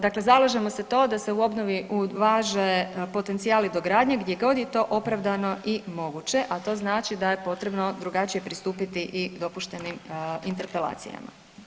Dakle, zalažemo se da se u obnovi uvaže potencijali dogradnje gdje god je to opravdano i moguće, a to znači da je potrebno drugačije pristupiti i dopuštenim interpelacijama.